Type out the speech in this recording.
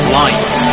light